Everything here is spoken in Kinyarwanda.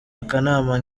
akanama